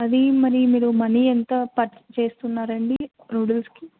అది మరి మీరు మనీ ఎంత ఖర్చు చేస్తున్నారండి నూడిల్స్కి